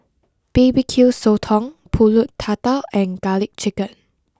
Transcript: B B Q Sotong Pulut Tatal and Garlic Chicken